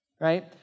Right